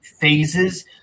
phases